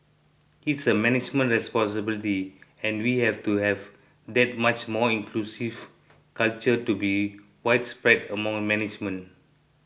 it's a management responsibility and we have to have that much more inclusive culture to be widespread among management